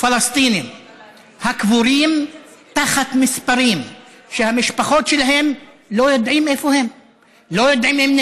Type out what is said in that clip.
פלסטינים הקבורים תחת מספרים שבני המשפחות שלהם לא יודעים איפה הם,